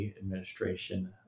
administration